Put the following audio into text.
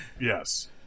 yes